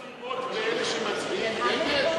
הוא אמר, באלה שמצביעים נגד?